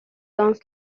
and